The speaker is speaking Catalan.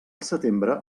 setembre